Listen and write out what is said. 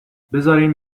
بذارین